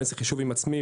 אני עשיתי חישוב עם עצמי,